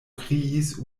kriis